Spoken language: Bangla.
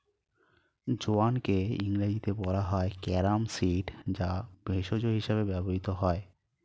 জোয়ানকে ইংরেজিতে বলা হয় ক্যারাম সিড যা ভেষজ হিসেবে ব্যবহৃত হয়